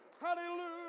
Hallelujah